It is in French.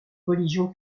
religion